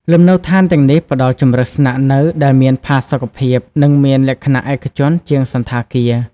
លំនៅឋានទាំងនេះផ្តល់ជម្រើសស្នាក់នៅដែលមានផាសុកភាព និងមានលក្ខណៈឯកជនជាងសណ្ឋាគារ។